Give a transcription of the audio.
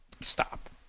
Stop